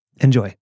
Enjoy